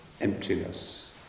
emptiness